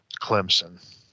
Clemson